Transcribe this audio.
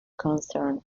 concern